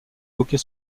hockey